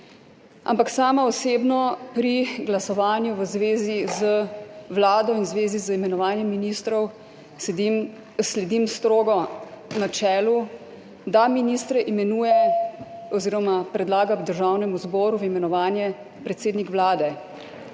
ampak sama osebno pri glasovanju v zvezi z Vlado in v zvezi z imenovanjem ministrov sledim strogo načelu, da ministre imenuje oziroma predlaga Državnemu zboru v imenovanje predsednik Vlade.